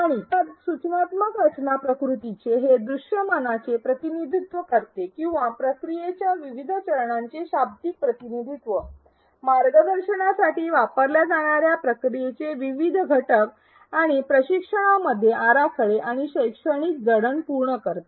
आणि सूचनात्मक रचना प्रतिकृती हे दृश्यमानाचे प्रतिनिधित्व करते किंवा प्रक्रियेच्या विविध चरणांचे शाब्दिक प्रतिनिधित्व मार्गदर्शनासाठी वापरल्या जाणार्या प्रक्रियेचे विविध घटक आणि प्रशिक्षणामध्ये आराखडे आणि शैक्षणिक जडण पूर्ण करते